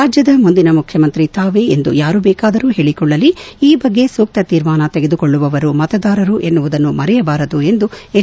ರಾಜ್ಯದ ಮುಂದಿನ ಮುಖ್ಯಮಂತ್ರಿ ತಾವೇ ಎಂದು ಯಾರು ಬೇಕಾದರೂ ಹೇಳಿಕೊಳ್ಳಲಿ ಈ ಬಗ್ಗೆ ಸೂಕ್ತ ತೀರ್ಮಾನ ತೆಗೆದುಕೊಳ್ಳುವವರು ಮತದಾರರು ಎನ್ನುವುದನ್ನು ಮರೆಯಬಾರದು ಎಂದು ಎಚ್